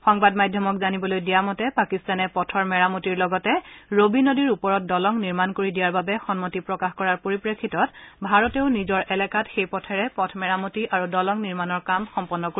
সংবাদ মাধ্যমক জানিবলৈ দিয়া মতে পাকিস্তানে পথৰ মেৰামতিৰ লগতে ৰবি নদীৰ ওপৰত দলং নিৰ্মাণ কৰি দিয়াৰ বাবে সন্মতি প্ৰকাশ কৰাৰ পৰিপ্ৰেক্ষিতত ভাৰতেও নিজৰ এলেকাত সেই পথেৰে পথ মেৰামতি আৰু দলং নিৰ্মাণৰ কামো সম্পন্ন কৰিব